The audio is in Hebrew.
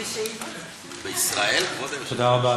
בישראל, כבוד היושב-ראש?